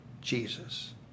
Jesus